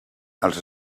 als